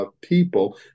people